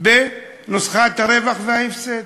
בנוסחת הרווח וההפסד,